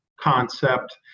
concept